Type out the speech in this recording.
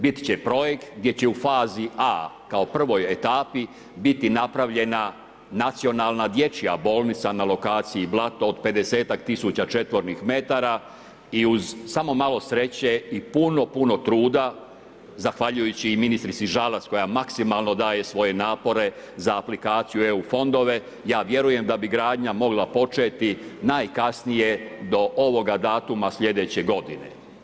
Biti će projekt gdje će u fazi A kao prvoj etapi biti napravljena nacionalna dječja bolnica na lokaciji Blato od 50-ak tisuća četvornih metara i uz samo malo sreće i puno, puno truda, zahvaljujući i ministrici Žalac koja maksimalno daje svoje napore za aplikaciju EU fondove, ja vjerujem da bi gradnja mogla početi najkasnije do ovoga datuma sljedeće godine.